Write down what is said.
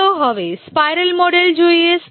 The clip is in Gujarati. ચાલો હવે સ્પાઇરલ મોડેલ જોઈએ